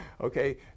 Okay